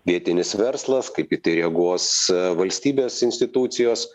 vietinis verslas kaip į tai reaguos valstybės institucijos